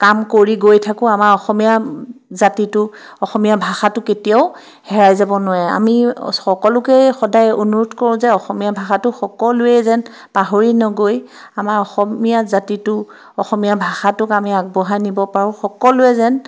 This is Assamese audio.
কাম কৰি গৈ থাকোঁ আমাৰ অসমীয়া জাতিটো অসমীয়া ভাষাটো কেতিয়াও হেৰাই যাব নোৱাৰে আমি সকলোকে সদাই অনুৰোধ কৰো যে অসমীয়া ভাষাটো সকলোৱে যেন পাহৰি নগৈ আমাৰ অসমীয়া জাতিটো অসমীয়া ভাষাটোক আমি আগুবঢ়াই নিব পাৰো সকলোৱে যেন